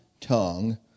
tongue